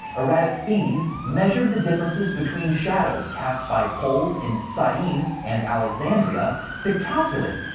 eratosthenes measured the differences between shadows cast by poles in syene and alexandria to calculate,